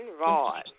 Rod